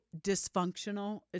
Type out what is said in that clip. dysfunctional